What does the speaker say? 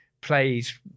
plays